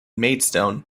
maidstone